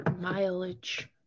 mileage